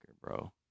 bro